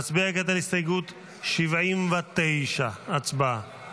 נצביע כעת על הסתייגות 79. הצבעה.